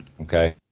okay